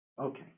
okay